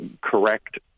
correct